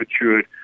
matured